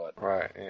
Right